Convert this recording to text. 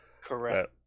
Correct